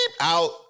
out